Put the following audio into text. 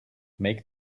make